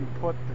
put